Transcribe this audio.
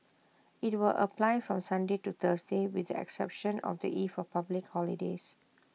IT will apply from Sunday to Thursday with the exception of the eve of public holidays